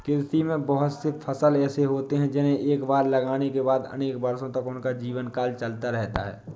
कृषि में बहुत से फसल ऐसे होते हैं जिन्हें एक बार लगाने के बाद अनेक वर्षों तक उनका जीवनकाल चलता रहता है